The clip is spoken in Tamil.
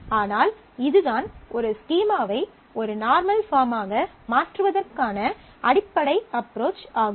ஆனால் இதுதான் ஒரு ஸ்கீமாவை ஒரு நார்மல் பார்மாக மாற்றுவதற்கான அடிப்படை அஃப்ரோச் ஆகும்